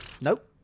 Nope